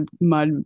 mud